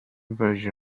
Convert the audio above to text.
version